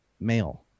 male